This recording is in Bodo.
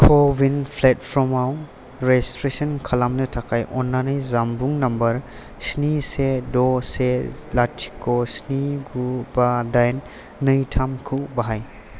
क' विन प्लेटफर्मआव रेजिस्ट्रेसन खालामनो थाखाय अन्नानै जानबुं नाम्बार स्नि से द' से लाथिख' स्नि गु बा डाइन नै थामखौ बाहाय